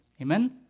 Amen